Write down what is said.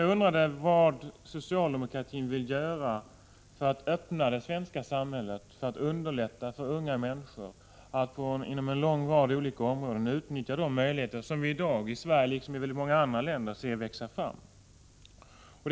Jag undrade vad socialdemokratin vill göra för att öppna det svenska samhället så att man underlättar för unga människor att på en lång rad olika områden utnyttja de möjligheter som vi i Sverige, liksom i många andra länder, ser växa fram i dag.